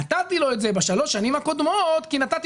נתתי לו את זה בשלוש השנים הקודמות כי נתתי